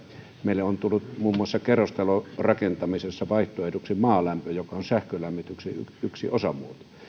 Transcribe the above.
meille on tullut muun muassa kerrostalorakentamisessa vaihtoehdoksi maalämpö joka on yksi sähkölämmityksen osamuoto